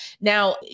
Now